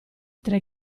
tre